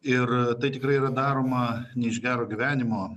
ir tai tikrai yra daroma ne iš gero gyvenimo